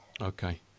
Okay